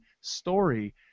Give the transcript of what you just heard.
story